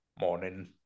Morning